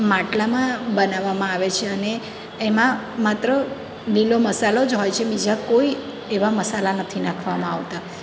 માટલામાં બનાવવામાં આવે છે અને એમાં માત્ર લીલો મસાલો જ હોય છે બીજા કોઈ એવા મસાલા નથી નાખવામાં આવતા